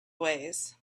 ways